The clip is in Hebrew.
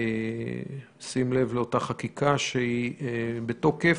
בשים לב לאותה חקיקה שהיא בתוקף.